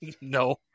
no